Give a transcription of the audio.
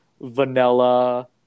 vanilla